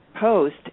post